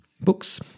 books